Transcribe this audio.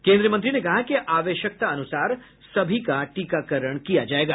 केंद्रीय मंत्री ने कहा कि आवश्यकतानुसार सभी का टीकाकरण किया जायेगा